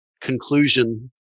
conclusion